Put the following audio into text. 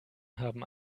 haben